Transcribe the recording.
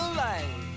light